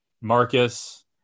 Marcus